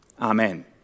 amen